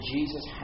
Jesus